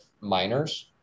miners